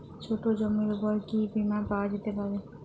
ছোট জমির উপর কি বীমা পাওয়া যেতে পারে?